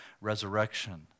resurrection